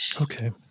Okay